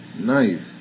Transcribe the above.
knife